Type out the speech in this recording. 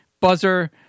buzzer